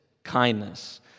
kindness